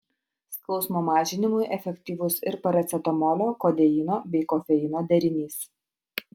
skausmo mažinimui efektyvus ir paracetamolio kodeino bei kofeino derinys